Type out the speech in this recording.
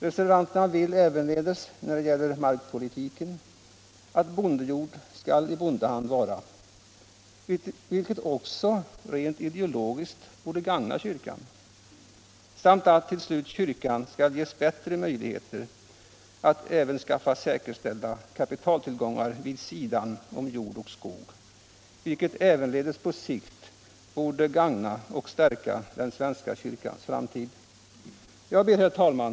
Reservanterna vill likaså när det gäller markpolitiken att bondejord skall i bondehand vara, vilket också rent ideologiskt borde gagna kyrkan, samt att kyrkan till slut skall ges bättre möjligheter att även skaffa säkerställda kapitaltillgångar vid sidan om jord och skog, vilket på lång sikt också borde gagna och stärka den svenska kyrkans framtid. Herr talman!